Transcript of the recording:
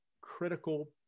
critical